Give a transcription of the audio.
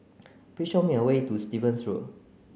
please show me a way to Stevens Road